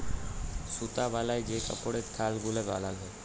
সুতা বালায় যে কাপড়ের থাল গুলা বালাল হ্যয়